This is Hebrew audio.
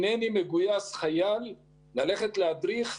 הנני מגויס חייל ללכת להדריך,